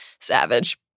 Savage